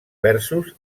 versos